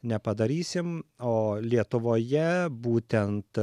nepadarysim o lietuvoje būtent